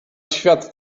świat